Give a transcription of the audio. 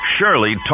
Shirley